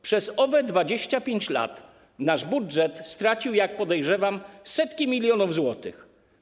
Przez owe 25 lat nasz budżet stracił, jak podejrzewam, setki milionów złotych.